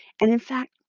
and in fact,